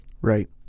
Right